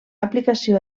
aplicació